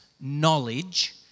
knowledge